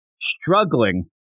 struggling